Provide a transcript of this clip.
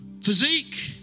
Physique